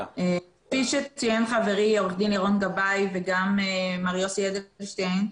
כפי שציין חברי עורך דין לירון גבאי וגם מר יוסף אדלשטיין,